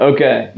Okay